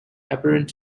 apparent